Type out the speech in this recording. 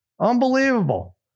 Unbelievable